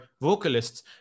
vocalists